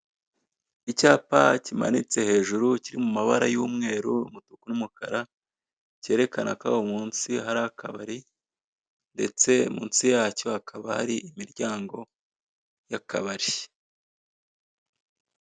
Icyapa kimanitse hejuru kiri mu mabara y'umweru, umutuku n'umukara, cyerekana ko aho munsi hari akabari ndetse munsi yacyo hakaba hari imiryango y'akabari.